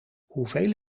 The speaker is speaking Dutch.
hoeveel